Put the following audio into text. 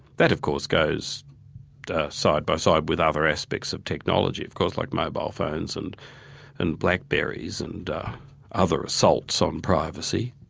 that of course goes side-by-side with other aspects of technology, of course like mobile phones and and blackberries and other assaults on privacy.